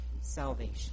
salvation